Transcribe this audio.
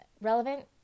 Relevant